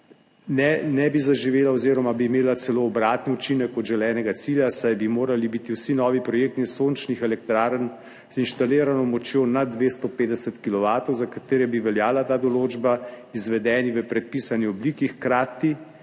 ne bi zaživela oziroma bi imela celo obratni učinek kot želenega cilja, saj bi morali biti vsi novi projekti sončnih elektrarn, z inštalirano močjo na 250 kilovatov, za katere bi veljala ta določba, izvedeni v predpisani obliki, hkrati